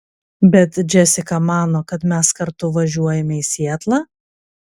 bet džesika mano kad mes kartu važiuojame į sietlą